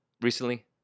recently